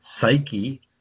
psyche